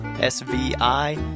s-v-i